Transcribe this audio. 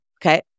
Okay